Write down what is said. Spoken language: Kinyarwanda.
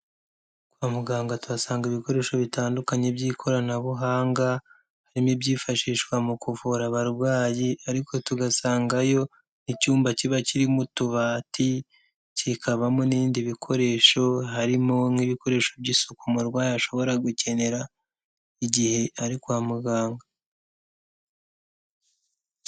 Kwa muganga tuhasanga ibikoresho bitandukanye by'ikoranabuhanga, harimo ibyifashishwa mu kuvura abarwayi, ariko tugasangayo icyumba kiba kirimo utubati, kikabamo n'ibindi bikoresho, harimo nk'ibikoresho by'isuku umurwayi ashobora gukenera igihe ari kwa muganga.